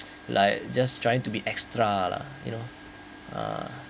like just trying to be extra lah you know uh